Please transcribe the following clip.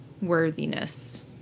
Worthiness